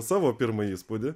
savo pirmąjį įspūdį